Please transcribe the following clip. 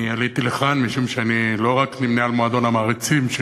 אני עליתי לכאן משום שאני לא רק נמנה עם מועדון המעריצים של